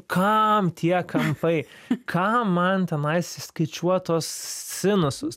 kam tie kampai kam man tenais išskaičiuot tuos sinusus